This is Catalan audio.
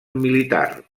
militar